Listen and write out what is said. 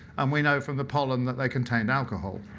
and we know from the pollen that they contain alcohol.